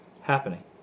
happening